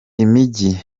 imijyi